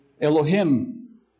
Elohim